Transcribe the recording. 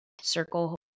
circle